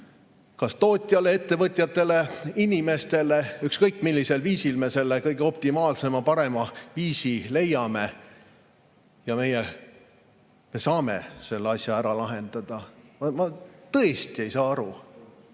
kas tootjale, ettevõtjatele, inimestele – ükskõik millisel viisil me selle optimaalse, kõige parema viisi leiame. Me saame selle asja ära lahendada. Ma tõesti ei saa aru.